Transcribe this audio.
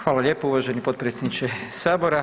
Hvala lijepo uvaženi potpredsjedniče Sabora.